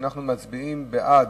שאנחנו מצביעים בעד,